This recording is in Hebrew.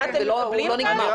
הוא לא נגמר.